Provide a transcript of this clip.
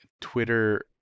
Twitter